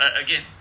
again